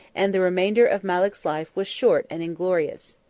and the remainder of malek's life was short and inglorious.